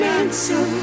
answer